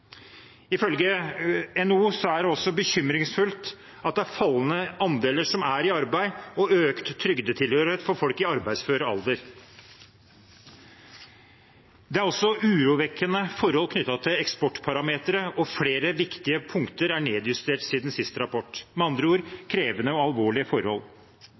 Ifølge NHO er det også bekymringsfullt at det er fallende andeler som er i arbeid, og økt trygdetilhørighet for folk i arbeidsfør alder. Det er også urovekkende forhold knyttet til eksportparametere, og flere viktige punkter er nedjustert siden forrige rapport – med andre ord: krevende og alvorlige forhold.